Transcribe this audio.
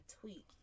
tweet